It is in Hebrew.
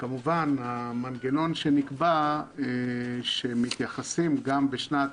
וכמובן שהמנגנון שנקבע כשמתייחסים גם בשנת